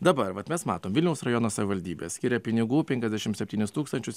dabar vat mes matom vilniaus rajono savivaldybė skiria pinigų penkiasdešim septynis tūkstančius